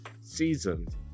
seasoned